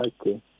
Okay